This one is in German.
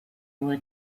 nur